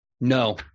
No